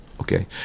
Okay